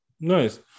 Nice